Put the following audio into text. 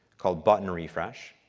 called button refresh.